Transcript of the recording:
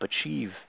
achieve